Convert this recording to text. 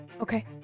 okay